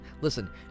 listen